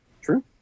True